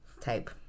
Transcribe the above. type